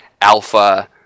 alpha